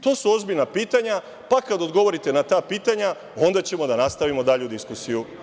To su ozbiljna pitanja, pa, kad odgovorite na ta pitanja onda ćemo da nastavimo dalju diskusiju.